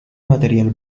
material